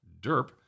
derp